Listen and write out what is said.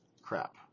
Crap